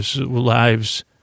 lives